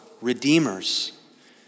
redeemers